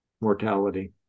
mortality